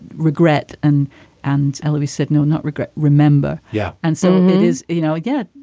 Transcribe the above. regret and and allawi said, no, not regret. remember? yeah. and some it is, you know, again,